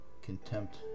Contempt